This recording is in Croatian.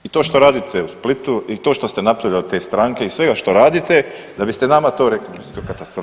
I to što radite u Splitu i to što ste napravili od te stranke i svega što radite da biste nama to rekli, katastrofa.